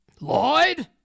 Lloyd